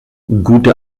gute